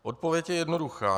Odpověď je jednoduchá.